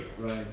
Right